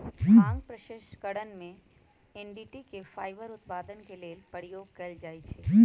भांग प्रसंस्करण में डनटी के फाइबर उत्पादन के लेल प्रयोग कयल जाइ छइ